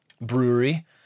brewery